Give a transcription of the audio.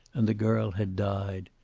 and the girl had died.